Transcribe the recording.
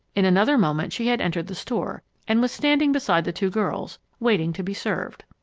in another moment she had entered the store and was standing beside the two girls, waiting to be served.